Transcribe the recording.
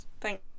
Thanks